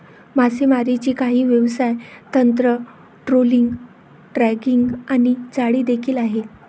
मासेमारीची काही व्यवसाय तंत्र, ट्रोलिंग, ड्रॅगिंग आणि जाळी देखील आहे